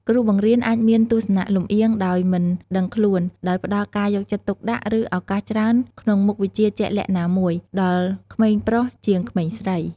គ្រូបង្រៀនអាចមានទស្សនៈលំអៀងដោយមិនដឹងខ្លួន ដោយផ្ដល់ការយកចិត្តទុកដាក់ ឬឱកាសច្រើនក្នុងមុខវិជ្ជាជាក់លាក់ណាមួយ ដល់ក្មេងប្រុសជាងក្មេងស្រី។